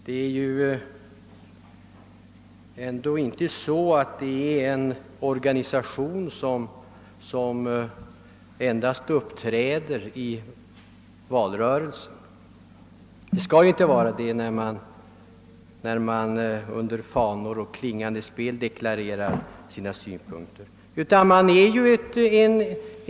Det är väl inte fråga om en organisation som endast uppträder i valrörelsen. Man proklamerar sina synpunkter med flygande fanor och klingande spel. Man är m.a.o.